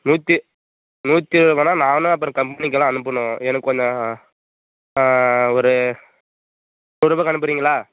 நூற்றி நூற்றி இருபதுரூவா நானும் அப்புறம் கம்பெனிக்கெல்லாம் அனுப்பனும் எனக் கொஞ்சம் ஒரு நூறுபாக்கு அனுப்புறிங்களா